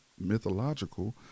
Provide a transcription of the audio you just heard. mythological